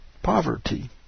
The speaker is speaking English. poverty